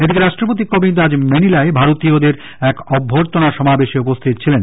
এদিকে রাষ্ট্রপতি কোবিন্দ আজ ম্যানিলায় ভারতীয়দের এক অভ্যর্থনা সমাবেশে উপস্থিত ছিলেন